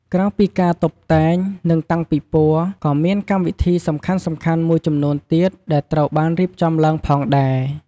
ក្រៅពីការតុបតែង និងតាំងពិព័រណ៍ ក៏មានកម្មវិធីសំខាន់ៗមួយចំនួនទៀតដែលត្រូវបានរៀបចំឡើងផងដែរ។